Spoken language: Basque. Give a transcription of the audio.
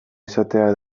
izatea